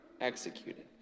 executed